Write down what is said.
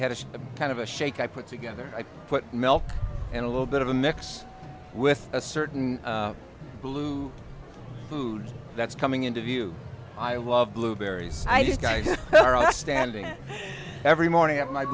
had a kind of a shake i put together i put milk and a little bit of a mix with a certain blue food that's coming into view i love blueberries i just i just standing every morning up my